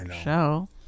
show